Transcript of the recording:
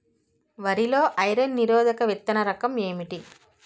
వరి లో ఐరన్ నిరోధక విత్తన రకం ఏంటి?